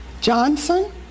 Johnson